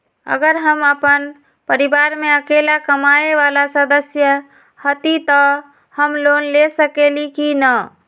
अगर हम अपन परिवार में अकेला कमाये वाला सदस्य हती त हम लोन ले सकेली की न?